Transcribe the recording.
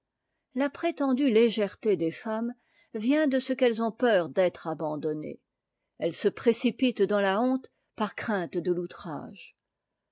la prétendue légèreté des femmes vient de ce qu'elles ont peur d'être abandonnées elles se précipitent dans la honte par crainte de l'outrage